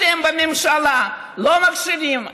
אתם בממשלה לא מקשיבים.